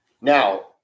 Now